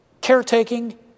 caretaking